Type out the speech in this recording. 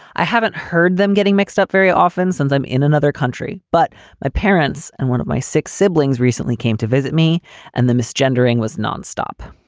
i haven't heard them getting mixed up very often since i'm in another country. but my parents and one of my six siblings recently came to visit me and the miss gendering was nonstop.